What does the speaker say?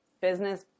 business